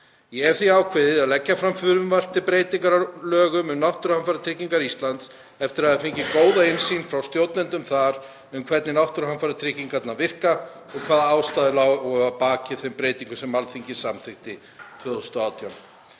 Ég hef því ákveðið að leggja fram frumvarp til breytinga á lögum um Náttúruhamfaratryggingu Íslands eftir að hafa fengið góða innsýn frá stjórnendum þar um hvernig náttúruhamfaratryggingar virka og hvaða ástæður lágu að baki þeim breytingum sem Alþingi samþykkti 2018.